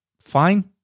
fine